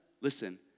listen